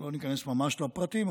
לא ניכנס ממש לפרטים,